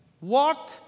walk